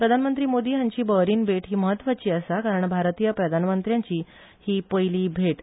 प्रधानमंत्री मोदी हांची बहरीन भेट ही म्हत्वाची आसा कारण भारतीय प्रधानमंत्र्याची ही देशाक दिल्ली पयली भेट